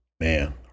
man